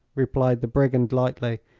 replied the brigand, lightly.